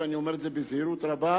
ואני אומר את זה בזהירות רבה,